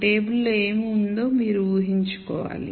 table లో ఏమి ఉందో మీరు ఊ హించుకోవాలి